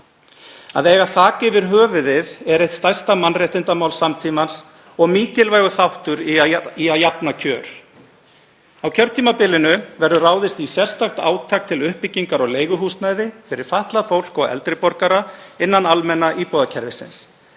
Að eiga þak yfir höfuðið er eitt stærsta mannréttindamál samtímans og mikilvægur þáttur í að jafna kjör. Á kjörtímabilinu verður ráðist í sérstakt átak til uppbyggingar á leiguhúsnæði fyrir fatlað fólk og eldri borgara innan almenna íbúðakerfisins.